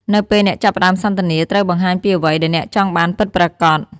នៅពេលអ្នកចាប់ផ្ដើមសន្ទនា ត្រូវបង្ហាញពីអ្វីដែលអ្នកចង់បានពិតប្រាកដ។